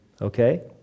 okay